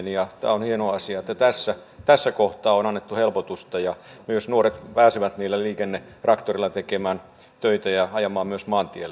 tämä on hieno asia että tässä kohtaa on annettu helpotusta ja myös nuoret pääsevät niillä liikennetraktoreilla tekemään töitä ja ajamaan myös maantiellä niillä